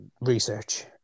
Research